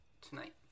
tonight